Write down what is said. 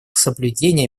соблюдения